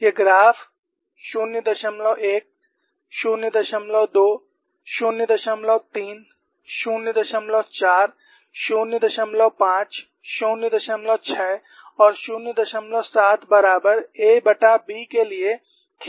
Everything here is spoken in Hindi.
ये ग्राफ 01 02 03 04 05 06 और 07 बराबर aB के लिए खींचे जाते हैं